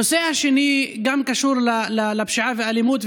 גם הנושא השני קשור לפשיעה והאלימות,